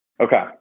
okay